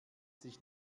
sich